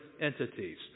entities